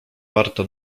warto